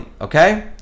okay